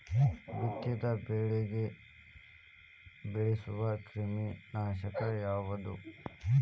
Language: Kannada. ಭತ್ತದ ಬೆಳೆಗೆ ಬಳಸುವ ಕ್ರಿಮಿ ನಾಶಕ ಯಾವುದು?